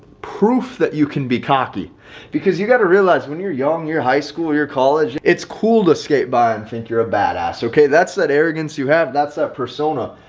proof that you can be cocky because you got to realize when you're young, your high school, your college it's cool to skate by and think you're a badass okay, that's that arrogance you have that's that persona.